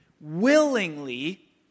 willingly